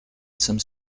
some